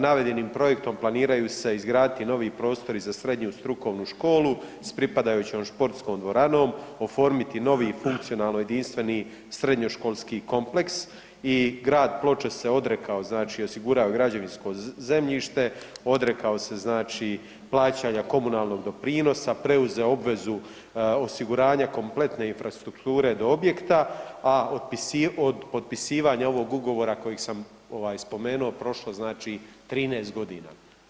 Navedenim projektom planiraju se izgraditi novi prostori za srednju strukovnu školu s pripadajućom sportskom dvoranom, oformiti novi funkcionalno jedinstveni srednjoškolski kompleks i Grad Ploče se odrekao znači osigurao je građevinsko zemljište, odrekao se plaćanja komunalnog doprinosa, preuzeo obvezu osiguranja kompletne infrastrukture do objekta, a od potpisivanja ovog ugovora kojeg sam spomenuo prošlo je 13 godina.